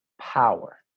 power